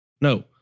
No